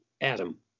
Adam